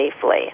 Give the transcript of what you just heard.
safely